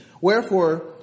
Wherefore